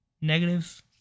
negative